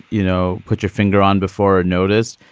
you know, put your finger on before or noticed.